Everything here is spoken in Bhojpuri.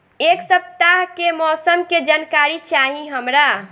एक सपताह के मौसम के जनाकरी चाही हमरा